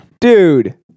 Dude